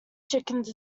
chickens